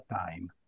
time